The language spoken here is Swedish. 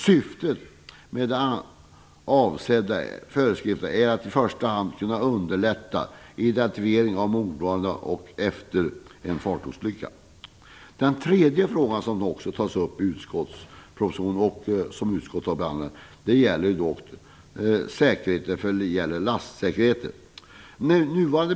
Syftet med de avsedda föreskrifterna är i första hand att underlätta identifieringen av ombordvarande efter en fartygsolycka. En tredje fråga som också tas upp i propositionen och som utskottet har behandlat gäller lastsäkerheten.